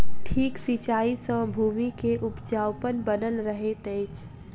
ठीक सिचाई सॅ भूमि के उपजाऊपन बनल रहैत अछि